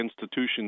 institutions